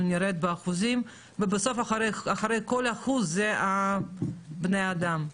נרד באחוזים ומאחורי כל אחוז יש בני אדם.